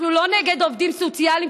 אנחנו לא נגד עובדים סוציאליים,